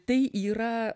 tai yra